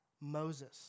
Moses